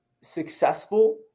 successful